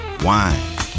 wine